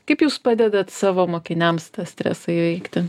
kaip jūs padedat savo mokiniams tą stresą įveikti